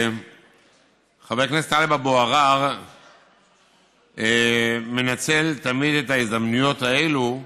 חבר הכנסת טלב אבו עראר מנצל תמיד את ההזדמנויות האלה,